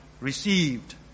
received